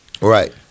Right